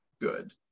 good